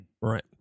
right